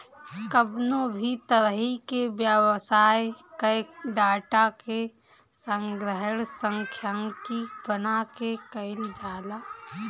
कवनो भी तरही के व्यवसाय कअ डाटा के संग्रहण सांख्यिकी बना के कईल जाला